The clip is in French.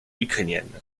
ukrainienne